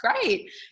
great